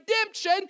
redemption